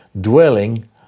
dwelling